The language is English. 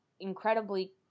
incredibly